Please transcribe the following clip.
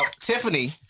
Tiffany